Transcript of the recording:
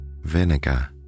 vinegar